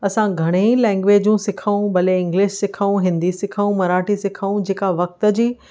असां घणेई लैंग्वेजू सिखूं भले इंग्लिश सिखूं हिंदी सिखूं मराठी सिखूं जेका वक़्त जी